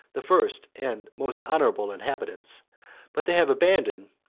the first and most honorable inhabitants but they have abandoned,